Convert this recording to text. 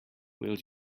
will